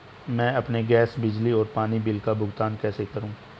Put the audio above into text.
मैं अपने गैस, बिजली और पानी बिल का भुगतान कैसे करूँ?